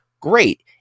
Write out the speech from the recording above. Great